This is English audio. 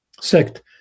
sect